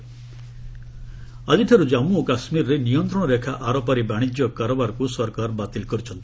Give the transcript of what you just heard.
ଗଭ୍ LOC trade ଆକିଠାରୁ ଜାମ୍ମୁ ଓ କାଶ୍ମୀରରେ ନିୟନ୍ତ୍ରଣ ରେଖା ଆରପାରି ବାଣିଜ୍ୟ କାରବାରକୁ ସରକାର ବାତିଲ କରିଛନ୍ତି